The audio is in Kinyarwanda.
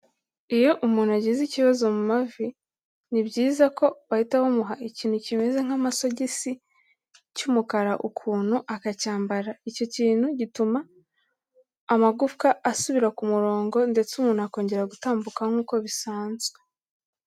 Iyo umuntu agize ikibazo mu mavi, ni byiza ko bahita bamuha ikintu kimeze nk'amasogisi cy'umukara ukuntu akacyambara, icyo kintu gituma amagufwa asubira ku murongo ndetse umuntu akongera gutambuka nk'uko bisanzwe.